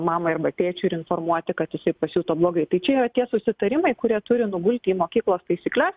mamai arba tėčiui ir informuoti kad jisai pasijuto blogai tai čia yra tie susitarimai kurie turi nugulti į mokyklos taisykles